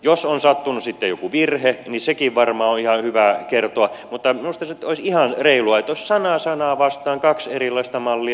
jos on sattunut sitten joku virhe niin sekin varmaan on ihan hyvä kertoa mutta minusta se nyt olisi ihan reilua että olisi sana sanaa vastaan kaksi erilaista mallia